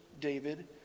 David